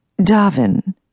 Davin